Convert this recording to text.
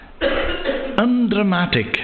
undramatic